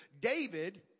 David